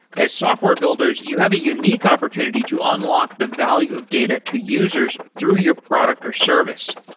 as software builders, you have a unique opportunity to unlock the value of data to users through your product or service.